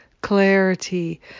clarity